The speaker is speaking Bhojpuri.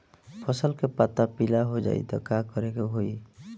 फसल के पत्ता पीला हो जाई त का करेके होई?